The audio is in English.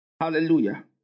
Hallelujah